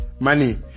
Money